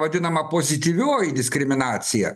vadinama pozityvioji diskriminacija